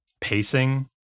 pacing